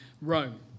Rome